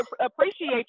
appreciate